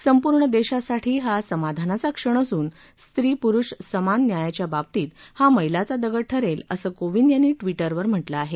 संपूर्ण देशासाठी हा समाधानाचा क्षण असून स्त्री पुरुष समान न्यायाच्या बाबतीत हा मैलाचा दगड ठरला आहे असं कोविंद यांनी ट्विटरवर म्हटलं आहे